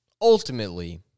Ultimately